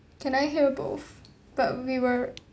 can I hear both but we were